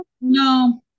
no